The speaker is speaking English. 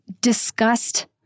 disgust